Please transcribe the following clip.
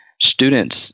students